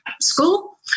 school